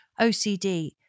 OCD